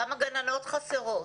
כמה גננות חסרות?